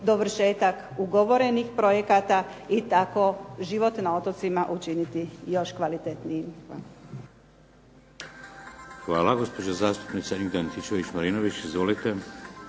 dovršetak ugovorenih projekata i tako život na otocima učiniti još kvalitetnijim. Hvala. **Šeks, Vladimir (HDZ)** Gospođa zastupnica Ingrid Antičević-Marinović. Izvolite.